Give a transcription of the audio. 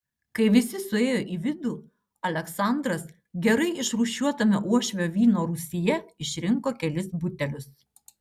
kai visi suėjo į vidų aleksandras gerai išrūšiuotame uošvio vyno rūsyje išrinko kelis butelius